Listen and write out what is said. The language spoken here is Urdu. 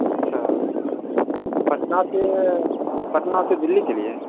اچھا پٹنہ سے پٹنہ سے دلی کے لیے